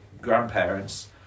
grandparents